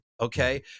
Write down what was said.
Okay